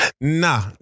Nah